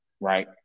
right